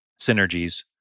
synergies